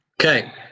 Okay